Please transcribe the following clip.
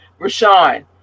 Rashawn